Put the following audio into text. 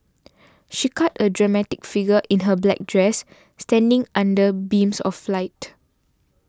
she cut a dramatic figure in her black dress standing under beams of light